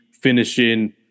finishing